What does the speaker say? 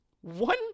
One